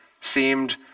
seemed